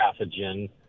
pathogen